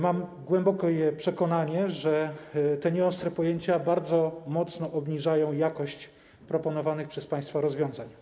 Mam głębokie przekonanie, że te nieostre pojęcia bardzo mocno obniżają jakość proponowanych przez państwa rozwiązań.